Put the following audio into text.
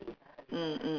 mm mm